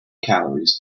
calories